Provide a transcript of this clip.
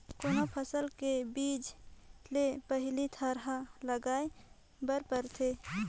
कोनो फसल के बीजा ले पहिली थरहा लगाए बर परथे